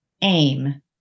aim